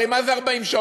הרי מה זה 40 שעות,